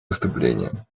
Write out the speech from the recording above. выступление